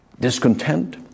discontent